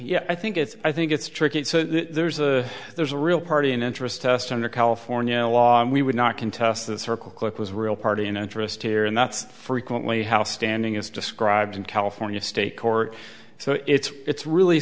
yeah i think it's i think it's tricky so there's a there's a real party and interest test under california law and we would not contest the circle clerk was a real party in interest here and that's frequently how standing is described in california state court so it's really